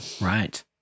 Right